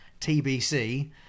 TBC